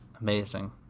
amazing